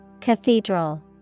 Cathedral